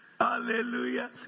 hallelujah